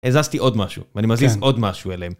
הזזתי עוד משהו ואני מזיז עוד משהו אליהם.